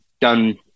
done